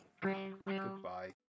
goodbye